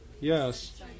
Yes